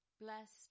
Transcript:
Blessed